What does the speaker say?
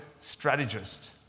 strategist